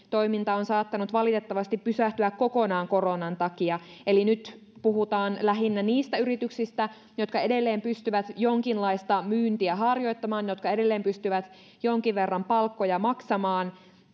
toiminta on saattanut valitettavasti pysähtyä kokonaan koronan takia eli nyt puhutaan lähinnä niistä yrityksistä jotka edelleen pystyvät jonkinlaista myyntiä harjoittamaan jotka edelleen pystyvät jonkin verran palkkoja maksamaan